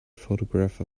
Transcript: photograph